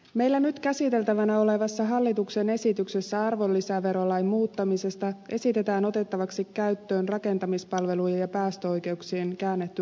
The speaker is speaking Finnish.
meillä nyt käsiteltävänä olevassa hallituksen esityksessä arvonlisäverolain muuttamisesta esitetään otettavaksi käyttöön rakentamispalvelujen ja päästöoikeuksien käännetty arvonlisäverovelvollisuus